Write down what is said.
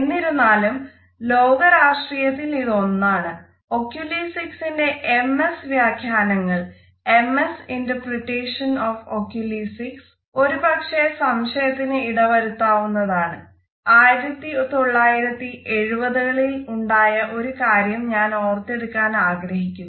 എന്നിരുന്നാലും ലോക രാഷ്ട്രീയത്തിൽ ഇത് ഒന്നാണ് ഒക്യൂലെസിക്സിന്റെ എം എസ് വ്യാഖ്യാനങ്ങൾ ഒരു പക്ഷെ സംശയത്തിന് ഇടവരുത്താവുന്നതാണ് 1970 കളിൽ ഉണ്ടായ ഒരു കാര്യം ഞാൻ ഓർത്തെടുക്കാൻ ആഗ്രഹിക്കുന്നു